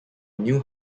new